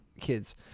kids